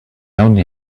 only